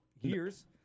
years